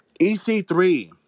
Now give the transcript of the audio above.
EC3